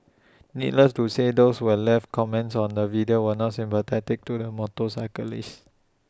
needless to say those who have left comments on the video were not sympathetic to the motorcyclist